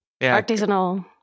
artisanal